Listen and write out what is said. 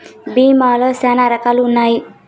భీమా లో శ్యానా రకాలు ఉన్నాయి